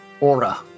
aura